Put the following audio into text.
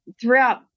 throughout